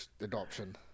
adoption